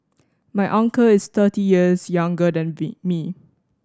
my uncle is thirty years younger than me